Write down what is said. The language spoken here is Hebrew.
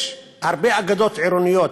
יש הרבה אגדות עירוניות.